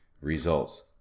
results